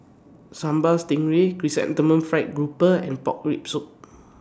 Sambal Stingray Chrysanthemum Fried Grouper and Pork Rib Soup